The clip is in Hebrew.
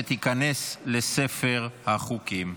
ותיכנס לספר החוקים.